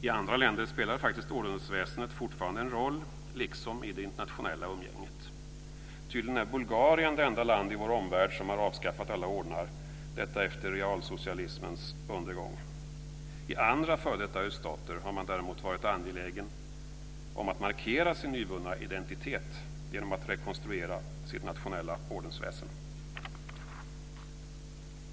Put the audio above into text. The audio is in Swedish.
I andra länder spelar faktiskt ordensväsendet fortfarande en roll liksom i det internationella umgänget. Tydligen är Bulgarien det enda land i vår omvärld som har avskaffat alla ordnar, detta efter realsocialismens undergång. I andra f.d. öststater har man däremot varit angelägen om att markera sin nyvunna identitet genom att rekonstruera sitt nationella ordensväsende.